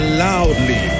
loudly